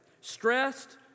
Stressed